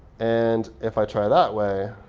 and if i try that way